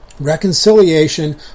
Reconciliation